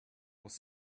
was